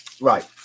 Right